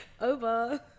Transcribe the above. over